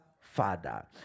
Father